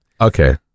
Okay